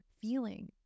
feeling